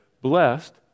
blessed